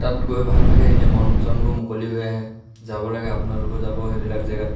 তাত গৈ ভাল লাগে এনেই মন চনবোৰ মুকলি হৈ আহে যাব লাগে আপোনালোকো যাব সেইবিলাক জেগাত